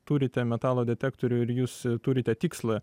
turite metalo detektorių ir jūs turite tikslą